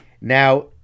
Now